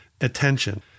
attention